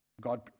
God